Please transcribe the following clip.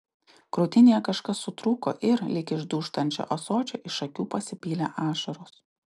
krūtinėje kažkas sutrūko ir lyg iš dūžtančio ąsočio iš akių pasipylė ašaros